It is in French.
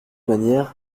manière